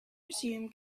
resume